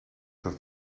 dat